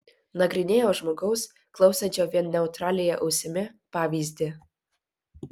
nagrinėjo žmogaus klausančio vien neutraliąja ausimi pavyzdį